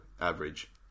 average